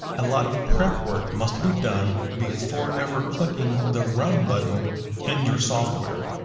a lot of prep work must be done before ever clicking the run button in your software.